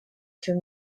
two